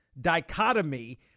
dichotomy